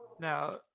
Now